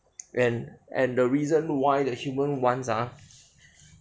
and and the reason why the human wants ah